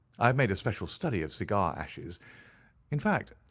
i have made a special study of cigar ashes in fact,